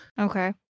Okay